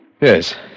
Yes